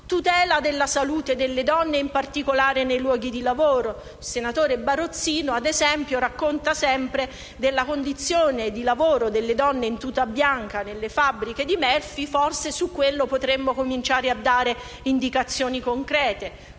tutela della salute delle donne, in particolare nei luoghi di lavoro. Ad esempio, il senatore Barozzino racconta sempre della condizione di lavoro delle donne in tuta bianca nelle fabbriche di Melfi e su questo potremmo forse cominciare a dare indicazioni concrete.